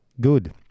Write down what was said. good